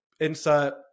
insert